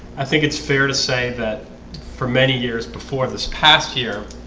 i think it's fair to say that for many years before this past year